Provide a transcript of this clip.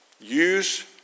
Use